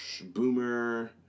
Boomer